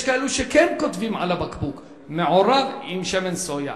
יש כאלה שכן כותבים על הבקבוק "מעורב עם שמן סויה",